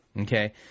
okay